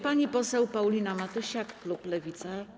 Pani poseł Paulina Matysiak, klub Lewica.